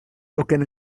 broken